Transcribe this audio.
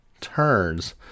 turns